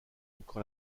encore